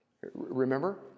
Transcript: Remember